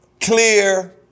clear